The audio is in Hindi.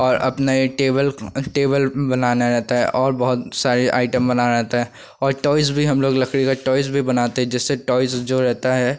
और अब नए टेबल टेबल बनाना रहता है और बहुत सारे आइटम बनाना रहता है और टॉयज़ भी हम लोग लकड़ी के टॉयज़ भी बनाते हैं जिससे टॉयज़ जो रहते हैं